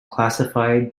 classified